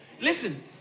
Listen